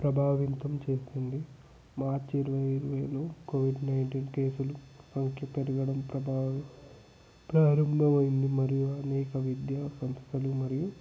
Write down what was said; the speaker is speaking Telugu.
ప్రభావితం చేసింది మార్చ్ ఇరవై కోవిడ్ నైన్టీన్ కేసులు సంఖ్య పెరగడం ప్రభవం ప్రారంభమైంది మరియు అనేక విద్య సంస్థలు మరియు